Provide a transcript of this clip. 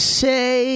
say